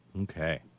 Okay